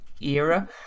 era